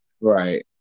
right